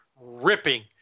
ripping